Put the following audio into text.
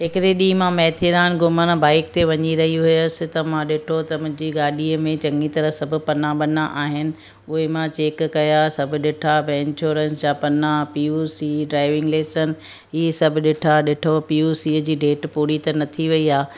हिकिड़े ॾींहुं मां माथेरान घुमणु बाइक ते वञी रही हुअसि त मां ॾिठो त मुंहिंजी गाॾीअ में चङी तरह सभु पना वना आहिनि उहे मां चैक कयां सभु ॾिठां भई इंश्योरेंस जा पना पीओसी ड्राइविंग लाइसन इहे सभु ॾिठां ॾिठो पीओसीअ जी डेट पूरी त न थी वई आहे